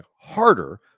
harder